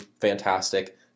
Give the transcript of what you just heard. fantastic